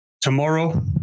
tomorrow